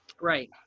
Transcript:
Right